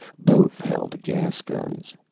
both held gas guns.